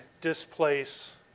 displace